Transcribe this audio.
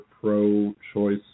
pro-choice